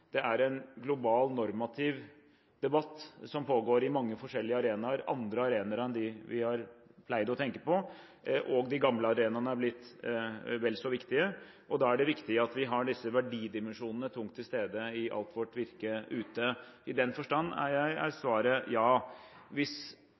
Det er en global normativ debatt som pågår på mange forskjellige arenaer, andre arenaer enn de vi har pleid å tenke på, og de gamle arenaene har blitt vel så viktige. Da er det viktig at vi har disse verdidimensjonene tungt til stede i alt vårt virke ute. I den forstand er